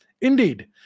Indeed